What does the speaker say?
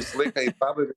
visą laiką į pabaigą